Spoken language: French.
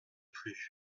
plus